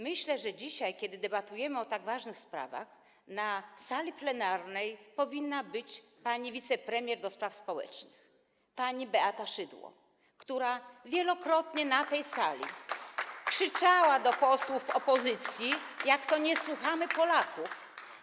Myślę, że dzisiaj, kiedy debatujemy o tak ważnych sprawach, na sali plenarnej powinna być wicepremier do spraw społecznych pani Beata Szydło, która wielokrotnie na tej sali krzyczała do posłów opozycji o tym, jak to nie słuchamy Polaków.